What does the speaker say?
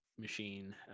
machine